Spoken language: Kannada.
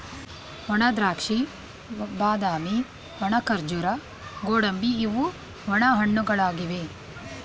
ಒಣದ್ರಾಕ್ಷಿ, ಬಾದಾಮಿ, ಒಣ ಖರ್ಜೂರ, ಗೋಡಂಬಿ ಇವು ಒಣ ಹಣ್ಣುಗಳಾಗಿವೆ